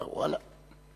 אמר "ואללה";